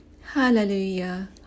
Hallelujah